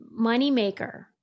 moneymaker